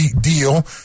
deal